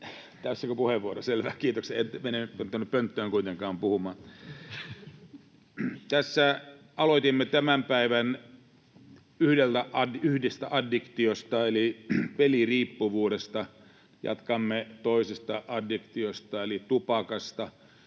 Tässäkö puheenvuoro, selvä, kiitoksia. En mene tuonne pönttöön kuitenkaan puhumaan. Aloitimme tämän päivän yhdestä addiktiosta eli peliriippuvuudesta. Jatkamme toisesta addiktiosta eli tupakasta